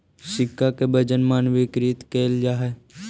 सिक्का के वजन मानकीकृत कैल जा हई